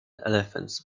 elephants